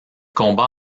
combat